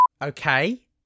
Okay